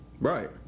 Right